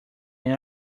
when